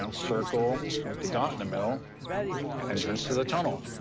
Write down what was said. um circle with the dot in the middle entrance to the tunnel.